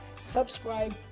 Subscribe